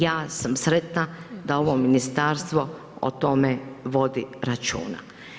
Ja sam sretna da ovo ministarstvo o tome vodi računa.